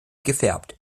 gefärbt